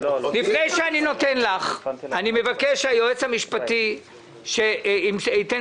כפי שהוועדה מבינה, כפי שאמר